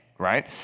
Right